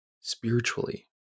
spiritually